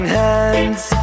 hands